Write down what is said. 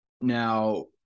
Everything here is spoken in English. Now